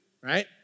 right